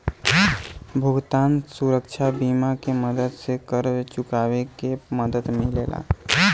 भुगतान सुरक्षा बीमा के मदद से कर्ज़ चुकावे में मदद मिलेला